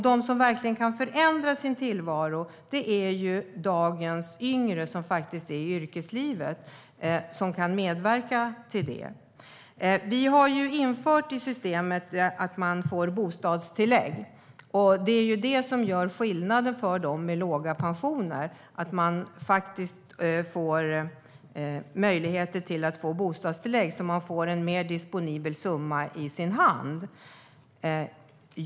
De som verkligen kan förändra sin tillvaro är dagens yngre som är i yrkeslivet och kan medverka till det. Vi har infört i systemet att pensionärer får bostadstillägg. Det gör skillnaden för dem med låga pensioner. De får möjligheter att få bostadstillägg så att de får en större disponibel summa i sin hand.